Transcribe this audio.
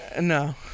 No